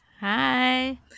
Hi